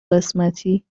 قسمتی